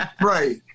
right